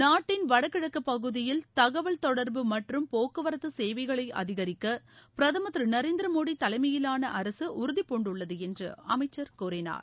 நாட்டின் வடகிழக்கு பகுதியில் தகவல் தொடர்பு மற்றும் போக்குவரத்து சேவைகளை அதிகரிக்க பிரதமர் திரு நரேந்திர மோடி தலைமையிலான அரசு உறுதிபூண்டுள்ளது என்று அமைச்சர் கூறினார்